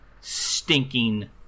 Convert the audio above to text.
stinking